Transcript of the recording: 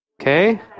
Okay